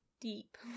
Deep